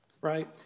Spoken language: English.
right